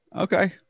Okay